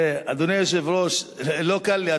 אדוני היושב-ראש, לא קל לי.